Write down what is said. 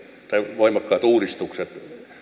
voimakkaat uudistukset